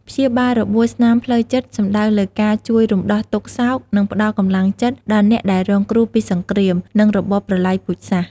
ព្យាបាលរបួសស្នាមផ្លូវចិត្តសំដៅលើការ ជួយរំដោះទុក្ខសោក និងផ្តល់កម្លាំងចិត្តដល់អ្នកដែលរងគ្រោះពីសង្គ្រាម និងរបបប្រល័យពូជសាសន៍។